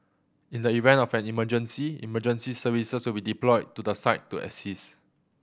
in the event of an emergency emergency services will be deployed to the site to assist